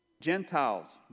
Gentiles